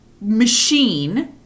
machine